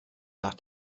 nach